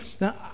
Now